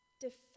defend